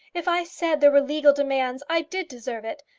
if i said there were legal demands i did deserve it.